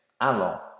Allons